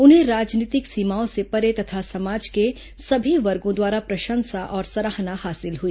उन्हें राजनीतिक सीमाओं से परे तथा समाज के सभी वर्गों द्वारा प्रशंसा और सराहना हासिल हुई